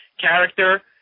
character